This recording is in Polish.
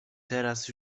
teraz